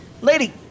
Lady